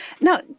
Now